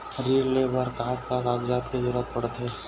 ऋण ले बर का का कागजात के जरूरत पड़थे?